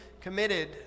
committed